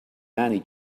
many